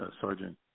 Sergeant